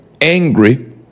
angry